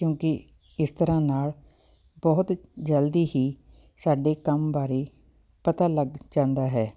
ਕਿਉਂਕਿ ਇਸ ਤਰ੍ਹਾਂ ਨਾਲ ਬਹੁਤ ਜਲਦੀ ਹੀ ਸਾਡੇ ਕੰਮ ਬਾਰੇ ਪਤਾ ਲੱਗ ਜਾਂਦਾ ਹੈ